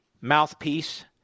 mouthpiece